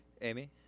amy